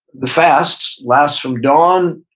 the fasts last from dawn